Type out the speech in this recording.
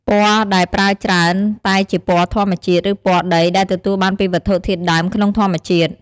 ពណ៌ដែលប្រើច្រើនតែជាពណ៌ធម្មជាតិ ឬពណ៌ដី ដែលទទួលបានពីវត្ថុធាតុដើមក្នុងធម្មជាតិ។